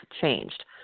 changed